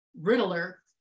riddler